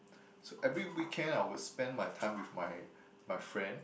so every weekend I would spend my time with my my friend